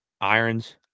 irons